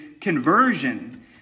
conversion